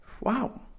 wow